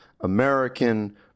American